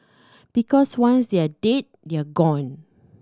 because once they're dead they're gone